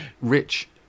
Rich